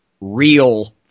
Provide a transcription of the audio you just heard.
real –